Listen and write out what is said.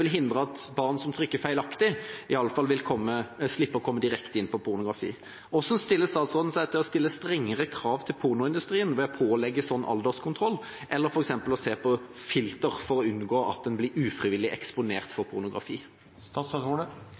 hindre at barn som trykker feilaktig, iallfall vil slippe å komme direkte inn på pornografi. Hvordan stiller statsråden seg til å stille strengere krav til pornoindustrien ved å pålegge sånn alderskontroll, eller f.eks. å se på dette med filter for å unngå at en blir ufrivillig eksponert for pornografi?